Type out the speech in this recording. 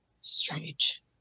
Strange